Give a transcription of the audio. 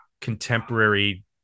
contemporary